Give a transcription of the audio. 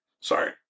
Sorry